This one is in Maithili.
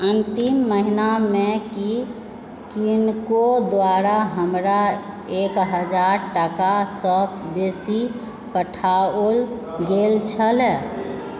अन्तिम महीनामे की किनको द्वारा हमरा एक हजार टाकासँ बेसी पठाओल गेल छल